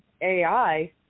AI